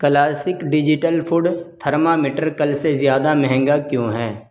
classic digital food thermometer کل سے زیادہ مہنگا کیوں ہیں